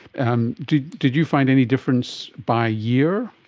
and did did you find any difference by year?